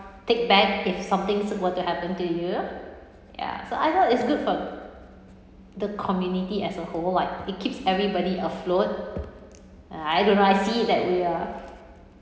take back if somethings were to happen to you ya so either it's good for the community as a whole like it keeps everybody afloat uh I don't know I see it that way ah